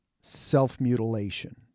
self-mutilation